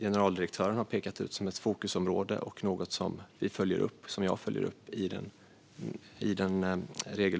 Generaldirektören har pekat ut detta som ett fokusområde, och det är något som jag följer upp i den regelbundna myndighetsdialogen.